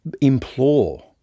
implore